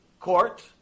court